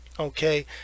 Okay